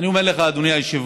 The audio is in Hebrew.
ואני אומר לך, אדוני היושב-ראש,